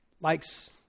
likes